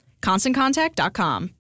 ConstantContact.com